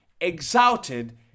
Exalted